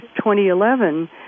2011